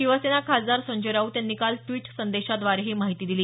शिवसेना खासदार संजय राऊत यांनी काल ट्वीट संदेशाद्वारे ही माहिती दिली